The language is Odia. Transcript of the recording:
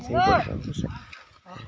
ସେହିପରିକା